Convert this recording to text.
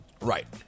Right